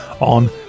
on